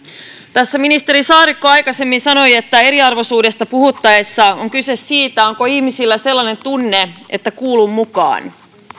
tässä ministeri saarikko aikaisemmin sanoi että eriarvoisuudesta puhuttaessa on kyse siitä onko ihmisillä sellainen tunne että kuulun mukaan